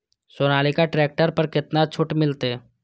Sonalika tractor पर केतना छूट मिलते?